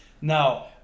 Now